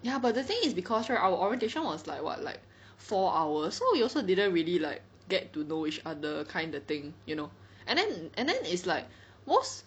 ya but the thing is cause right our orientation was like what like four hours so you also didn't really like get to know each other kinda thing you know and then and then is like most